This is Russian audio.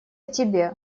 тебе